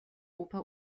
oper